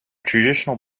traditional